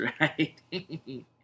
right